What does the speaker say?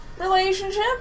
relationship